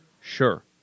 Sure